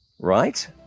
right